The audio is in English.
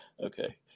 Okay